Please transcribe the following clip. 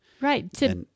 Right